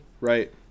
Right